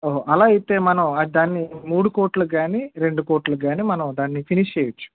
ఓహో అలా అయితే మనం ఆ దాన్ని మూడు కోట్లకు గానీ రెండు కోట్లకు గానీ దాన్ని మనం ఫినిష్ చెయ్యొచ్చు